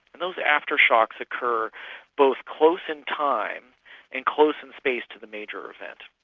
those after-shocks occur both close in time and close in space to the major event.